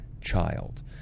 child